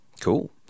Cool